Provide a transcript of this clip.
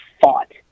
fought